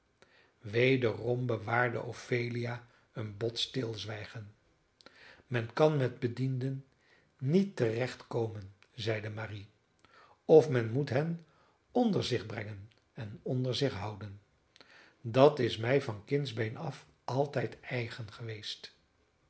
wederom bewaarde ophelia een bot stilzwijgen men kan met bedienden niet te recht komen zeide marie of men moet hen onder zich brengen en onder zich houden dat is mij van kindsbeen af altijd eigen geweest